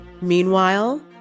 Meanwhile